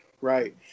right